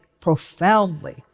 profoundly